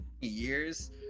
years